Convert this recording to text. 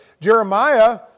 Jeremiah